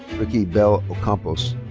rikki belle ocampos.